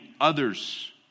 others